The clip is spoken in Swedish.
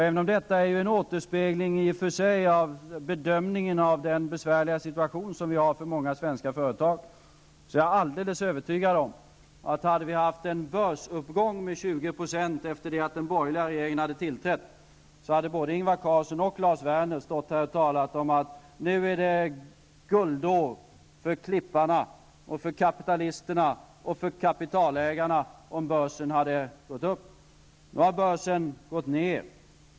Även om detta i och för sig är en återspegling av bedömningen av den besvärliga situation som många svenska företag har, är jag helt övertygad om att en börsuppgång på 20 % efter att den borgerliga regeringen hade tillträtt skulle ha medfört att både Ingvar Carlsson och Lars Werner hade stått här och talat om att det nu var guldår för klipparna, för kapitalisterna och för kapitalägarna. Nu har börsen gått ned.